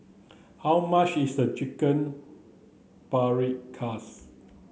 how much is Chicken Paprikas